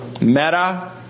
Meta